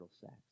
sex